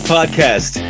Podcast